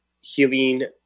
healing